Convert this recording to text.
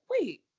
wait